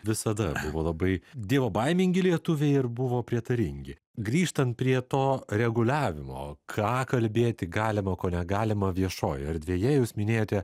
visada buvo labai dievobaimingi lietuviai ir buvo prietaringi grįžtant prie to reguliavimo o ką kalbėti galima ko negalima viešoje erdvėje jūs minėjote